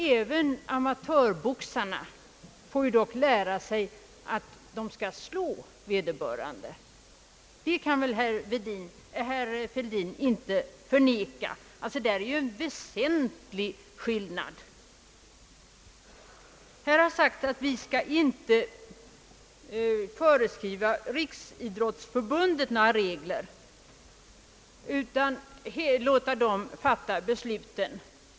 även amatörboxarna får lära sig vilket andra redan framhållit att de skall slå sin motståndare. Det kan väl herr Fälldin inte förneka. Det råder i detta avseende en väsentlig skillnad mellan boxningen och andra idrotter. Här har sagts att vi inte skall föreskriva Riksidrottsförbundet några regler utan låta detta förbund fatta besluten.